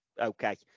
okay